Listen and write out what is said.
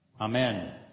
Amen